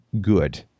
good